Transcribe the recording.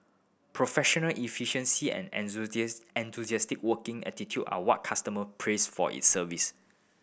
professional efficiency and enthusiastic working attitude are what customer praise for its service